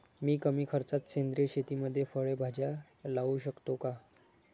मी कमी खर्चात सेंद्रिय शेतीमध्ये फळे भाज्या वाढवू शकतो का?